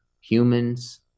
humans